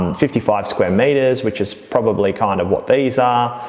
and fifty five square metres which is probably kind of what these are.